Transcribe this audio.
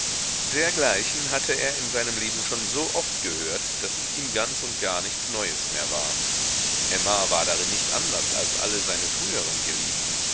dergleichen hatte er in seinem leben schon so oft gehört daß es ihm ganz und gar nichts neues mehr war emma war darin nicht anders als alle seine früheren geliebten